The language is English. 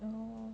you know